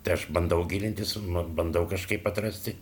tai aš bandau gilintis bandau kažkaip atrasti